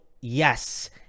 yes